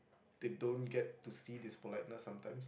they don't get to see this politeness sometimes